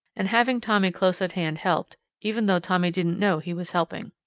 and having tommy close at hand helped, even though tommy didn't know he was helping.